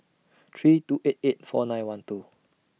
three two eight eight four nine one two